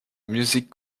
music